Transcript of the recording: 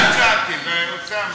מי שנגד, הוא בעד הסרה.